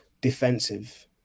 defensive